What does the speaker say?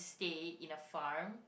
stay in a farm